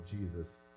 Jesus